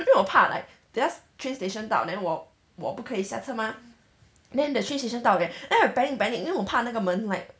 then 我怕 like 等一下 train station 到 then 我我不可以下车吗 then the train station 到 eh then I panic panic 我怕那个门 like